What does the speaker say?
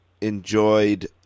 enjoyed